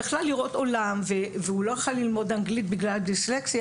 בכלל לראות עולם והוא לא יכול ללמוד אנגלית בגלל הדיסלקציה